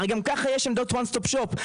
הרי גם ככה יש עמדות וואן סטופ שופ.